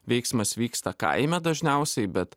veiksmas vyksta kaime dažniausiai bet